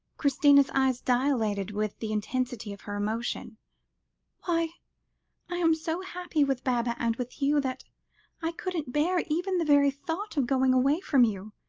christina's eyes dilated with the intensity of her emotion why i am so happy with baba and with you, that i couldn't bear even the very thought of going away from you.